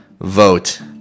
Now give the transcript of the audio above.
vote